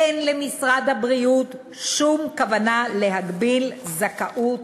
אין למשרד הבריאות שום כוונה להגביל זכאות